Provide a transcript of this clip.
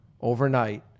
overnight